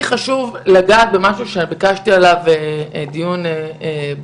לי חשוב לגעת במשהו שביקשתי מיושבת-ראש הוועדה שייערך עליו דיון נפרד,